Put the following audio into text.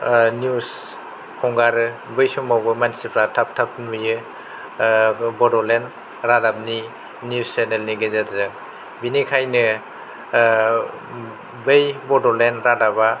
news हगारो बै समावबो मानसिफ्रा थाब थाब नुयो बड'लेण्ड रादाबनि नियुज चेनेलनि गेजेरजों बिनिखायनो बै बड'लेन्ड रादाबआ